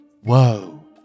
Whoa